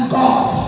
god